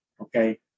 Okay